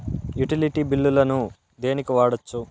Utility బిల్లులను దేనికి వాడొచ్చు?